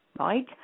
Right